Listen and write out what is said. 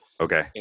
Okay